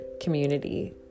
community